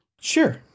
Sure